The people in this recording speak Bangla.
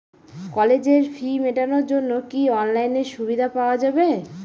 কলেজের ফি মেটানোর জন্য কি অনলাইনে সুবিধা পাওয়া যাবে?